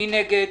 מי נגד?